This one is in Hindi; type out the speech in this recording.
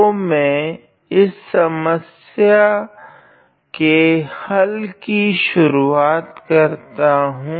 तो मैं इस समस्या के हल की शुरुवात करता हूँ